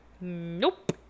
Nope